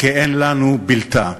כי אין לנו בלתה.